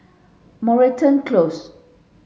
Moreton Close